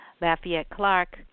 Lafayette-Clark